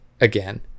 again